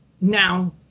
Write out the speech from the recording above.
now